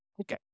Okay